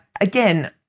Again